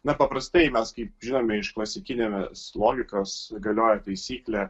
na paprastai mes kaip žinome iš klasikinės logikos galioja taisyklė